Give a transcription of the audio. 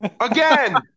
Again